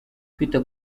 kwita